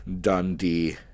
Dundee